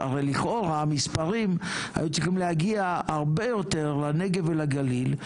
לכאורה המספרים היו צריכים להגיע הרבה יותר לנגב ולגליל,